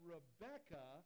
Rebecca